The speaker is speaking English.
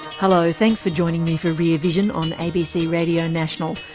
hello, thanks for joining me for rear vision on abc radio national.